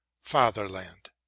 Fatherland